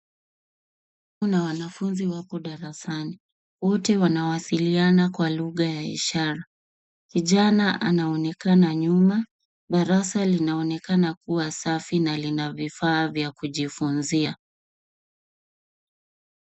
Na wanafunzi wako darasani. Wote wanawasiliana kwa lugha ya ishara. Kijana a anaonekana nyuma. Darasa linaonekana kuwa safi na lina vifaa vya kujifunzia.